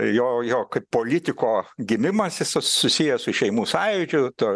jo jo kaip politiko gimimas jis susijęs su šeimų sąjūdžiu tuo